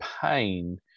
pain